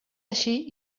així